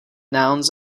nouns